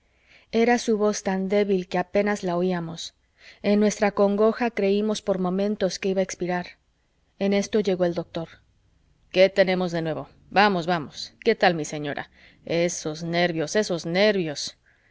era su voz tan débil que apenas la oíamos en nuestra congoja creímos por momentos que iba a expirar en esto llegó el doctor qué tenemos de nuevo vamos vamos qué tal mi señora esos nervios esos nervios